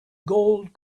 gold